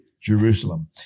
Jerusalem